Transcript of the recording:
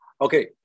Okay